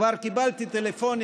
כבר קיבלתי טלפונים